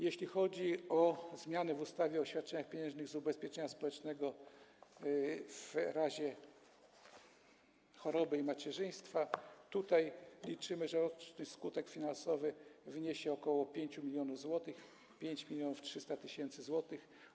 Jeśli chodzi o zmiany w ustawie o świadczeniach pieniężnych z ubezpieczenia społecznego w razie choroby i macierzyństwa, to tutaj liczymy, że łączny skutek finansowy wyniesie ok. 5 mln zł - 5300 tys. zł.